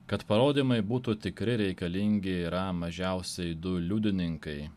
kad parodymai būtų tikri reikalingi yra mažiausiai du liudininkai